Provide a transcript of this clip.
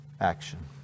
action